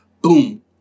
boom